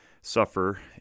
suffer